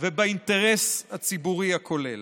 ובאינטרס הציבורי הכולל.